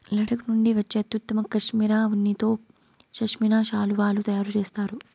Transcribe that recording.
లడఖ్ నుండి వచ్చే అత్యుత్తమ కష్మెరె ఉన్నితో పష్మినా శాలువాలు తయారు చేస్తారు